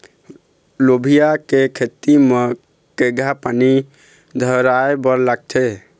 लोबिया के खेती म केघा पानी धराएबर लागथे?